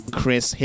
Chris